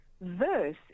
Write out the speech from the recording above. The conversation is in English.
verse